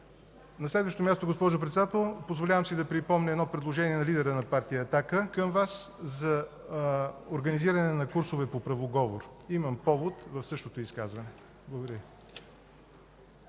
На следващо място, госпожо Председател, позволявам си да припомня едно предложение на лидера на Партия „Атака” към Вас за организиране на курсове по правоговор. Имам повод в същото изказване. Благодаря